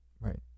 Right